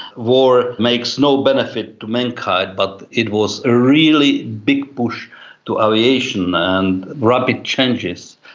war makes no benefit to mankind but it was a really big push to aviation and rapid changes.